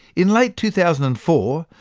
in late two thousand and four,